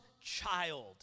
child